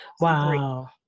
Wow